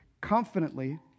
confidently